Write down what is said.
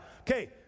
okay